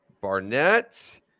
Barnett